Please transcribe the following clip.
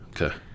Okay